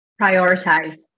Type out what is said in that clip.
prioritize